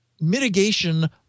mitigation